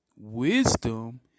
wisdom